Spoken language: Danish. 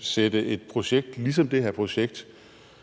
sætte et projekt ligesom det her projekt,